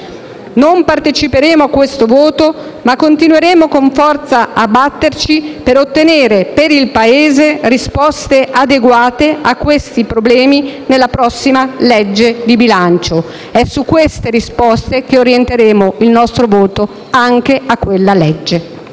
Non parteciperemo a questo voto, ma continueremo con forza a batterci per ottenere per il Paese risposte adeguate a questi problemi nella prossima legge di bilancio. È su queste risposte che orienteremo il nostro voto anche a quella legge.